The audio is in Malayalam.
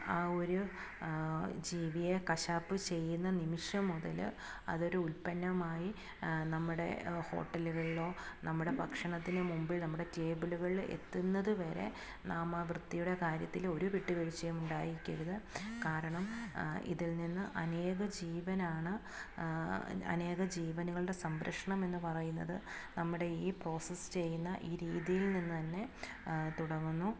ആ ഒരു ജീവിയെ കശാപ്പ് ചെയ്യുന്ന നിമിഷം മുതൽ അതൊരു ഉൽപ്പന്നമായി നമ്മുടെ ഹോട്ടലുകളിലോ നമ്മുടെ ഭക്ഷണത്തിന് മുമ്പിൽ നമ്മുടെ ടേബിളുകളിൽ എത്തുന്നത് വരെ നാം ആ വൃത്തിയുടെ കാര്യത്തിൽ ഒരു വിട്ടുവീഴ്ച്ചയും ഉണ്ടായിരിക്കരുത് കാരണം ഇതിൽ നിന്ന് അനേകജീവനാണ് അനേക ജീവനുകളുടെ സംരക്ഷണമെന്ന് പറയുന്നത് നമ്മുടെ ഈ പ്രോസസ് ചെയ്യുന്ന ഈ രീതിയിൽ നിന്നുതന്നെ തുടങ്ങുന്നു